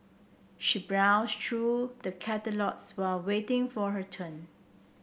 she browsed through the catalogues while waiting for her turn